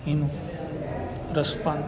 એનું રસપાન